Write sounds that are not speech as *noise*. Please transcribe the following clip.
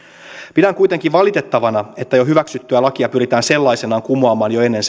pidän kuitenkin valitettavana että jo hyväksyttyä lakia pyritään sellaisenaan kumoamaan jo ennen *unintelligible*